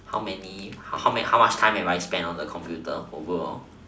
how many how how much time have I spend on the computer overall